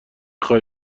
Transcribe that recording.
خوای